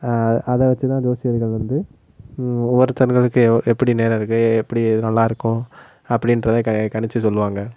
அதை வச்சு தான் ஜோசியர்கள் வந்து ஒவ்வொருத்தவருகளுக்கு எவ் எப்படி நேரம் இருக்குது எப்படி இது நல்லாயிருக்கும் அப்படின்றத க கணிச்சு சொல்வாங்க